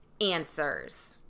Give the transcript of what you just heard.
answers